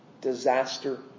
Disaster